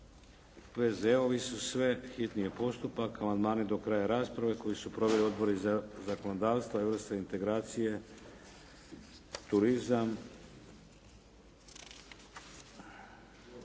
P.Z.E.-ovi su sve, hitni je postupak. Amandmane do kraja rasprave koji su proveli Odbori za zakonodavstvo, Europske integracije, turizam.